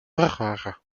vrachtwagen